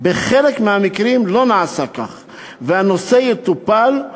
בחלק מהמקרים לא נעשה כך והנושא יטופל.